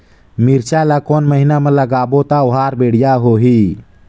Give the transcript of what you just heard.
मिरचा ला कोन महीना मा लगाबो ता ओहार बेडिया होही?